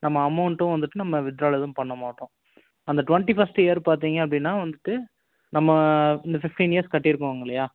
நம்ம அமௌண்டும் வந்துவிட்டு நம்ம வித்டிரால் எதுவும் பண்ண மாட்டோம் அந்த டுவென்ட்டி ஃபர்ஸ்ட் இயர் பார்த்தீங்க அப்படின்னா வந்துவிட்டு நம்ம இந்த ஃபிஃப்டின் இயர்ஸ் கட்டிருக்கோங்க இல்லையா